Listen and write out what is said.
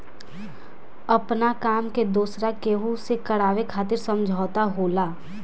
आपना काम के दोसरा केहू से करावे खातिर समझौता होला